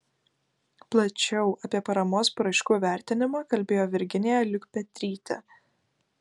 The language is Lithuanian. plačiau apie paramos paraiškų vertinimą kalbėjo virginija liukpetrytė